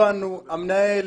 הבנו, המנהל